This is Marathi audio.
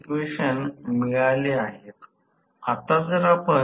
तर स्लिप हे 1 आहे आणि जेव्हा n 0 आहे